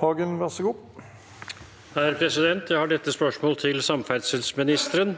(FrP) Jeg har dette spørs- målet til samferdselsministeren: